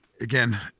again